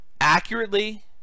accurately